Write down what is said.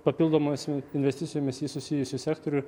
papildomomis investicijomis į susijusį sektorių